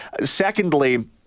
Secondly